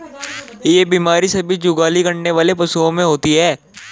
यह बीमारी सभी जुगाली करने वाले पशुओं में होती है